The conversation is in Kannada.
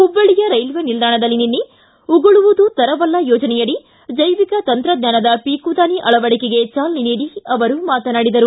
ಹುಬ್ಬಳ್ಳಿಯ ರೈಲ್ವೆ ನಿಲ್ದಾಣದಲ್ಲಿ ನಿನ್ನೆ ಉಗುಳುವುದು ತರವಲ್ಲ ಯೋಜನೆಯಡಿ ಜೈವಿಕ ತಂತ್ರಜ್ವಾನದ ಪೀಕುದಾನಿ ಅಳವಡಿಕೆಗೆ ಚಾಲನೆ ನೀಡಿ ಅವರು ಮಾತನಾಡಿದರು